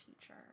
teacher